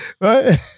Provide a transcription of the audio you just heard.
Right